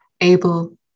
able